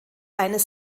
eines